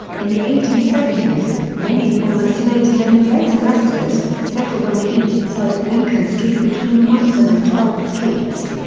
in the eighteen seventy s, many former slaves known as exodusters, settled on the east side of lincoln street between munson and twelfth streets.